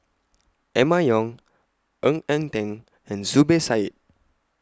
Emma Yong Ng Eng Teng and Zubir Said